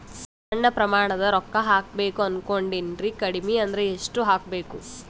ಸಣ್ಣ ಪ್ರಮಾಣದ ರೊಕ್ಕ ಹಾಕಬೇಕು ಅನಕೊಂಡಿನ್ರಿ ಕಡಿಮಿ ಅಂದ್ರ ಎಷ್ಟ ಹಾಕಬೇಕು?